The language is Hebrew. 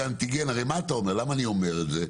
הרי למה אני אומר את זה?